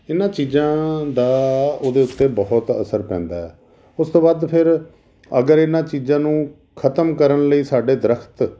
ਇਹਨਾਂ ਚੀਜ਼ਾਂ ਦਾ ਉਹਦੇ ਉੱਤੇ ਬਹੁਤ ਅਸਰ ਪੈਂਦਾ ਹੈ ਉਸ ਤੋਂ ਬਾਅਦ ਫਿਰ ਅਗਰ ਇਹਨਾਂ ਚੀਜ਼ਾਂ ਨੂੰ ਖਤਮ ਕਰਨ ਲਈ ਸਾਡੇ ਦਰਖਤ